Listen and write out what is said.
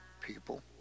people